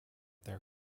their